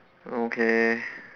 okay